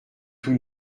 tout